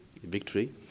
victory